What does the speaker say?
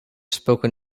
spoken